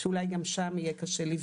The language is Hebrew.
שאולי גם שם יהיה קשה לפנות.